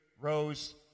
rose